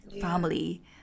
family